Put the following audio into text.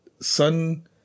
Sun